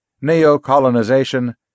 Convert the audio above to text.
neo-colonization